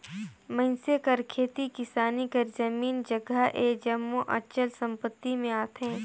मइनसे कर खेती किसानी कर जमीन जगहा ए जम्मो अचल संपत्ति में आथे